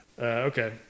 okay